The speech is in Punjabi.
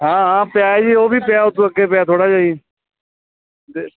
ਹਾਂ ਹਾਂ ਪਿਆ ਜੀ ਉਹ ਵੀ ਪਿਆ ਉੱਤੋਂ ਅੱਗੇ ਪਿਆ ਥੋੜ੍ਹਾ ਜਿਹਾ ਜੀ ਰੇ